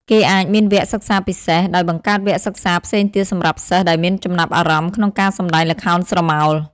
គេអាចមានវគ្គសិក្សាពិសេស ដោយបង្កើតវគ្គសិក្សាផ្សេងទៀតសម្រាប់សិស្សដែលមានចំណាប់អារម្មណ៍ក្នុងការសម្តែងល្ខោនស្រមោល។